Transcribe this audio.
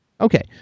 Okay